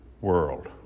world